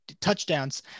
touchdowns